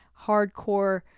hardcore